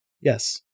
Yes